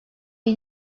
iyi